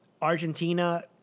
Argentina